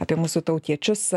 apie mūsų tautiečius